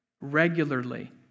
regularly